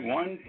one